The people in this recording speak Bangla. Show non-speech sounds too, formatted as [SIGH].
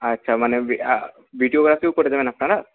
আচ্ছা মানে [UNINTELLIGIBLE] ভিডিওগ্রাফিও করে দেবেন আপনারা